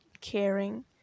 caring